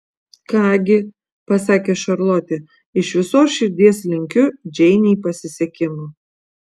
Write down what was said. ką gi pasakė šarlotė iš visos širdies linkiu džeinei pasisekimo